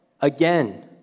Again